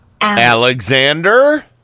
Alexander